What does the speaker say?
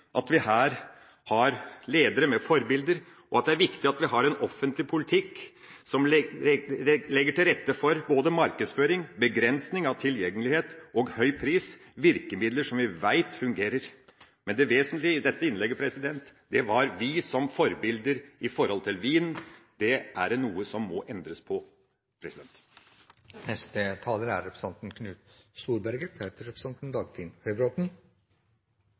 at vi her har ledere som er forbilder, og at vi har en offentlig politikk som legger til rette for både markedsføring, begrensning av tilgjengelighet og høy pris – virkemidler som vi vet fungerer. Men det vesentlige i dette innlegget var oss som forbilder når det gjelder vin. Det er noe som må endres. Aller først må jeg slutte meg til dem som roser interpellanten. Det var ikke noe dårlig sluttinterpellasjon i Stortinget i dag,